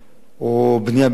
או בנייה בלתי חוקית